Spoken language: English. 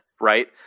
right